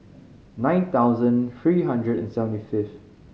nine thousand three hundred and seventy fifth